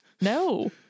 No